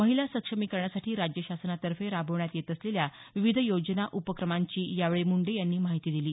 महिला सक्षमीकरणासाठी राज्य शासनातर्फे राबवण्यात येत असलेल्या विविध योजना उपक्रमांची यावेळी मुंडे यांनी माहिती दिली